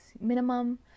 minimum